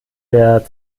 der